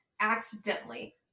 accidentally